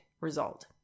result